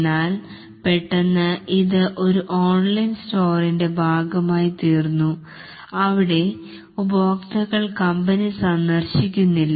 എന്നാൽ പെട്ടെന്ന് ഇത് ഒരു ഓൺലൈൻ സ്റ്റോറിൻറെ ഭാഗമായി തീർന്നു അവിടെ ഉപയോക്താക്കൾ കമ്പനി സന്ദർശിക്കുന്നില്ല